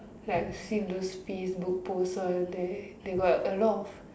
like I have seen those Facebook post all there they got a lot of